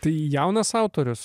tai jaunas autorius